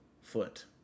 foot